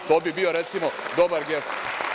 To bi bio, recimo, dobar gest.